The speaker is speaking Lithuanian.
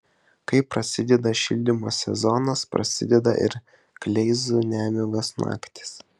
kai prasideda šildymo sezonas prasideda ir kleizų nemigos naktys